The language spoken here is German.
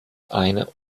eine